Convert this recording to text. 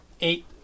eight